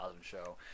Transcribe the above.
show